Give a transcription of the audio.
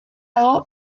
dago